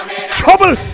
Trouble